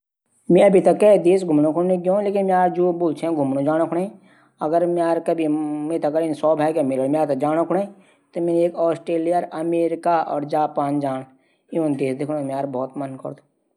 बालों रंग पांच प्रकार हूंदा छन।